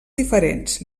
diferents